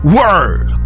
word